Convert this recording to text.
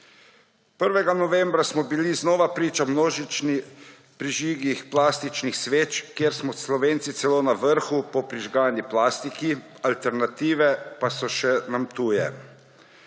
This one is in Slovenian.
novembra smo bili znova priča množičnih prižigih plastičnih sveč, kjer smo Slovenci celo na vrhu po prižgani plastiki, alternative pa so še nam tuje.